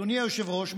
אדוני היושב-ראש,